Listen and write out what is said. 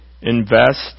Invest